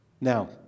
Now